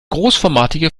großformatige